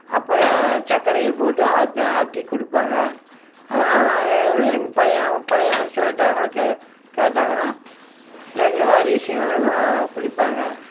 அப்புறம் சக்கரையை போட்டு அந்த ஆற்றி கொடுப்பாங்க அதனால் நாங்கள் வந்து எங்கள் பையன் பையனை சில டைமில் கே கேட்டாங்கன்னா எங்கள் வாரிசுங்களும் குடிப்பாங்க